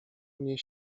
mnie